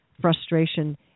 frustration